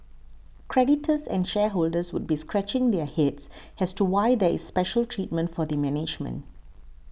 creditors and shareholders would be scratching their heads as to why there is special treatment for the management